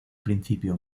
principio